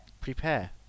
prepare